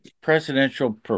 presidential